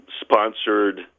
sponsored